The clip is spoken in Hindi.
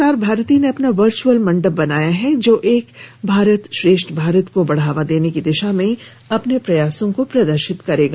प्रसार भारती ने अपना वर्चुअल मंडप बनाया है जो एक भारत श्रेष्ठ भारत को बढ़ावा देने की दिशा में अपने प्रयासों को प्रदर्शित करेगा